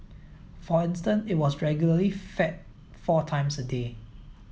for instance it was regularly fed four times a day